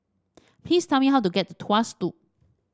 please tell me how to get to Tuas Loop